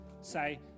say